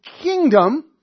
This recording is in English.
kingdom